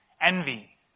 envy